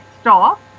stop